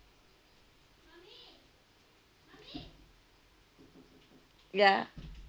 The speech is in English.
ya